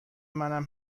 منم